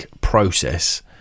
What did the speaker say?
process